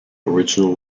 original